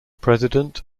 president